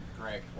Greg